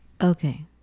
Okay